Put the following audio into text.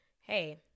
hey